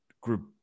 group